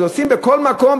אז עושים בכל מקום?